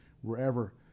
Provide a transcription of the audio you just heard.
wherever